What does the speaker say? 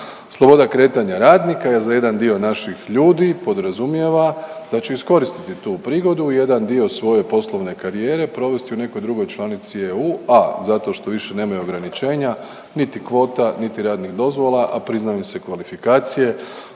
Sloboda kretnja radnika za jedan dio naših ljudi podrazumijeva da će iskoristiti tu prigodu, jedan dio svoje poslovne karijere provesti u nekoj drugoj članici EU, a) zato što više nemaju ograničenja, niti kvota, niti radnih dozvola, a priznaju se kvalifikacije.